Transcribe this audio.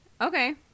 Okay